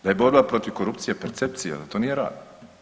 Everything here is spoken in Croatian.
Da je borba protiv korupcije percepcija, da to nije rad.